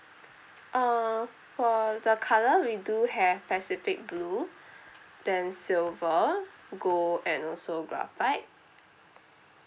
uh for the colour we do have pacific blue then silver gold and also graphite